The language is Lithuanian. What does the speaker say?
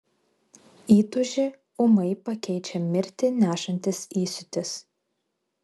įtūžį ūmai pakeičia mirtį nešantis įsiūtis